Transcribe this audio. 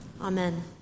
Amen